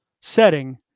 setting